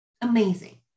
amazing